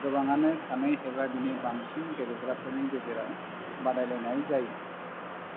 गोबाङानो सानै एबा बिनि बांसिन गेलेग्राफोरनि गेजेराव बादायलायनाय जायो